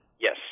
yes